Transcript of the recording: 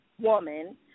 woman